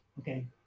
Okay